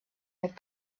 had